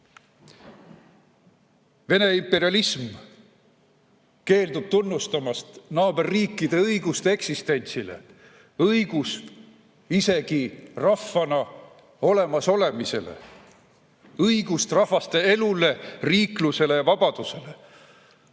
Vene imperialism keeldub tunnustamast naaberriikide õigust eksistentsile, õigust isegi rahvana olemasolemisele, õigust rahvaste elule, riiklusele ja vabadusele.